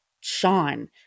Sean